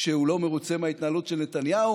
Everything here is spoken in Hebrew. שהוא לא מרוצה מההתנהלות של נתניהו,